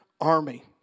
army